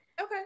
okay